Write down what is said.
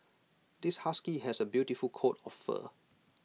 this husky has A beautiful coat of fur